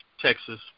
Texas